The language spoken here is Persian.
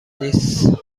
نیست